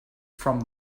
from